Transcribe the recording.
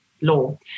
law